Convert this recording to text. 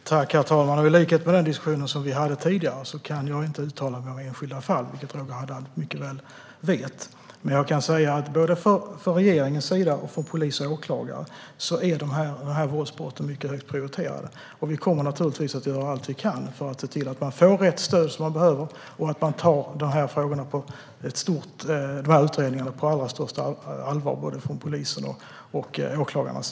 Herr talman! I likhet med den diskussion vi hade förut kan jag inte uttala mig om enskilda fall, vilket Roger Haddad mycket väl vet. Jag kan dock säga att för såväl regeringen som polis och åklagare är dessa våldsbrott mycket högt prioriterade. Vi kommer naturligtvis att göra allt vi kan för att se till att man får det stöd man behöver och att dessa frågor och utredningar tas på allra största allvar av både polis och åklagare.